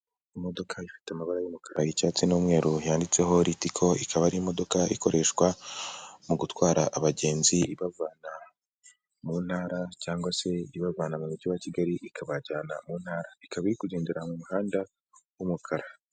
Imodoka ifite amabara y'umukara y'icyatsi n'umweru yanditseho litico, ikaba ari imodoka ikoreshwa mu gutwara abagenzi ibavana mu ntara cyangwa se ibavana mu mujyi wa Kigali ikabajyana mu ntara. Ikaba iri kugendera mu muhanda w'umukara.